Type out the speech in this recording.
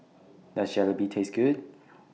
Does Jalebi Taste Good